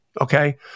okay